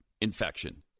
infection